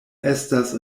estas